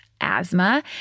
asthma